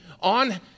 on